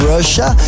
Russia